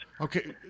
Okay